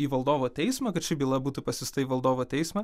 į valdovo teismą kad ši byla būtų pasiųsta į valdovo teismą